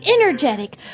energetic